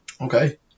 okay